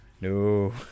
no